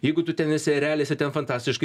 jeigu tu ten esi erelis ir ten fantastiškai